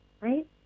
Right